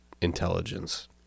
intelligence